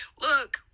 look